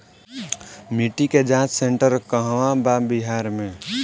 मिटी के जाच सेन्टर कहवा बा बिहार में?